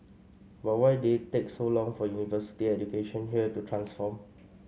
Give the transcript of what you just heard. but why did it take so long for university education here to transform